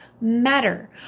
matter